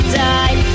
die